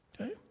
Okay